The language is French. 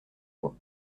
moi